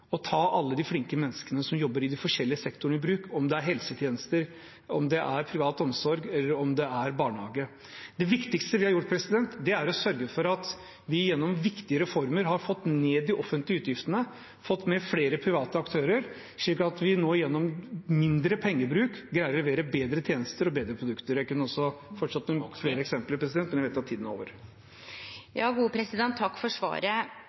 å ta i bruk alle de flinke menneskene som jobber i de forskjellige sektorene, om det er helsetjenester, om det er privat omsorg, eller om det er barnehage. Det viktigste vi har gjort, er å sørge for at vi gjennom viktige reformer har fått ned de offentlige utgiftene og fått med flere private aktører, slik at vi nå gjennom mindre pengebruk greier å levere bedre tjenester og bedre produkter. Jeg kunne fortsatt med noen flere eksempler, men jeg vet at tiden er over. Takk for svaret.